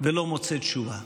ולא מוצא תשובה.